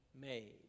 made